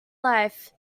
life